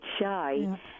shy